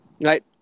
Right